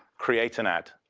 create an ad.